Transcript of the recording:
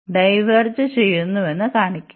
diverge ചെയ്യുന്നുവെന്ന് കാണിക്കും